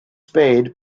spade